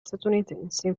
statunitensi